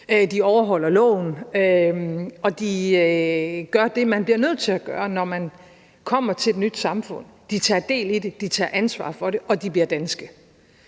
De overholder loven, og de gør det, man bliver nødt til at gøre, når man kommer til et nyt samfund, nemlig tage del i det. De tager ansvar for det, og de bliver danske.